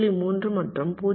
3 மற்றும் 0